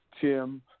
Tim